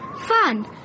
Fun